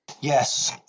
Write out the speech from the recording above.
Yes